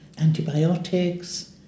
antibiotics